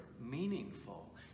meaningful